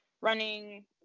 running